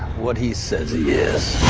what he says he is.